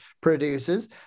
produces